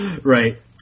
Right